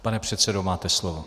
Pane předsedo, máte slovo.